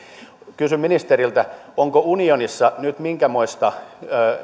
kysyn ministeriltä onko unionissa nyt minkämoista